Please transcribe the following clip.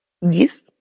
Yes